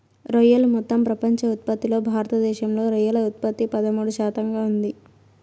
రొయ్యలు మొత్తం ప్రపంచ ఉత్పత్తిలో భారతదేశంలో రొయ్యల ఉత్పత్తి పదమూడు శాతంగా ఉంది